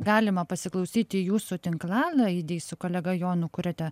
galima pasiklausyti jūsų tinklalaidėj su kolega jonu kuriate